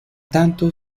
tanto